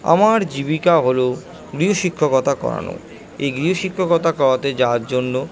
আমার জীবিকা হলো গৃহশিক্ষকতা করানো এই গৃহশিক্ষকতা করাতে যাওয়ার জন্য